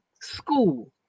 school